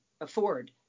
afford